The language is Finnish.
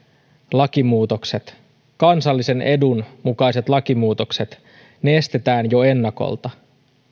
lakimuutokset kansallisen edun mukaiset lakimuutokset estetään jo ennakolta